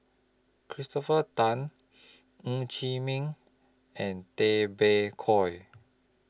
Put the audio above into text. Christopher Tan Ng Chee Meng and Tay Bak Koi